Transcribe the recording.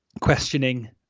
questioning